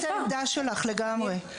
אנחנו מאמצים את העמדה שלך לגמרי.